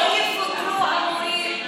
לא יפוטרו המורים?